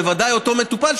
וודאי אותו מטופל,